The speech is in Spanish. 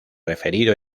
referido